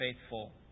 faithful